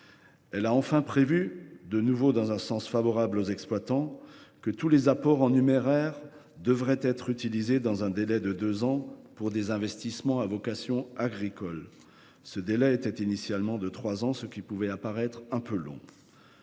elle a prévu, de nouveau dans un sens favorable aux exploitants, que tous les apports en numéraire devraient être utilisés dans un délai de deux ans pour des investissements à vocation agricole. Ce délai était initialement de trois ans, ce qui pouvait apparaître un peu long.